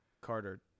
Carter